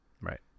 Right